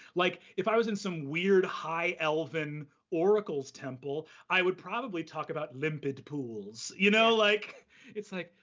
like if i was in some weird high elven oracle's temple, i would probably talk about limpid pools. you know like it's like,